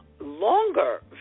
longer